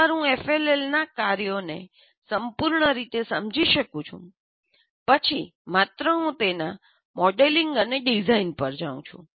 એકવાર હું એફએલએલના કાર્યોને સંપૂર્ણ રીતે સમજી શકું છું પછી માત્ર હું તેના મોડેલિંગ અને ડિઝાઇન પર જઉં છું